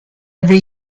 every